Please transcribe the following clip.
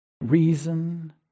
reason